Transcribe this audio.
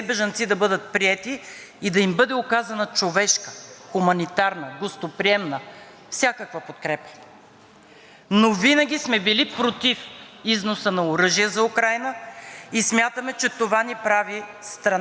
но винаги сме били против износа на оръжие за Украйна и смятаме, че това ни прави страна в конфликта. Благодарение на участието на БСП в правителството